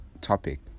topic